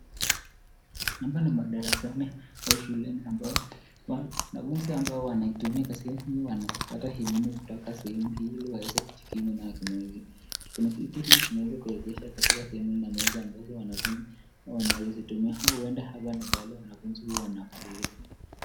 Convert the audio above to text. Hapa ni madarasani au shuleni ambapo wanafunzi ambao wanatumia sehemu huku wanapata elimu kutoka sehemu hii ili waweze kujikimu nayo kimaisha. Kuna viti hii unaweza kuweka katika sehemu hii na meza ambazo wanafunzi wanaweza tumia. Au uenda hapa ni pale wanafunzi huwa wanakula.